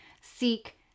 seek